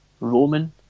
Roman